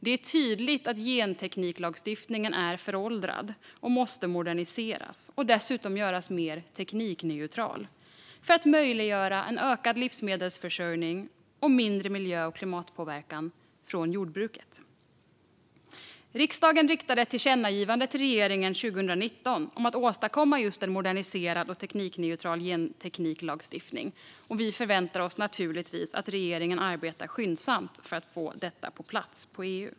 Det är tydligt att gentekniklagstiftningen är föråldrad och måste moderniseras och dessutom göras mer teknikneutral för att möjliggöra ökad livsmedelsförsörjning och mindre miljö och klimatpåverkan från jordbruket. Riksdagen riktade ett tillkännagivande till regeringen 2019 om att åstadkomma just en moderniserad och teknikneutral gentekniklagstiftning. Vi förväntar oss naturligtvis att regeringen arbetar skyndsamt för att få detta på plats i EU.